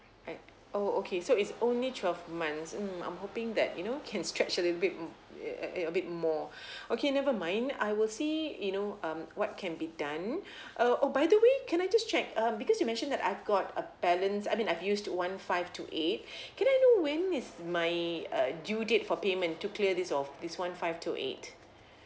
right oh okay so it's only twelve months mm I'm hoping that you know can stretch a little bit mm a bit more okay never mind I will see you know um what can be done uh oh by the way can I just check um because you mention that I've got a balance I mean I've used one five two eight can I know when is my uh due date for payment to clear this off this one five two eight